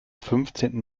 fünfzehnten